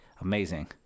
Amazing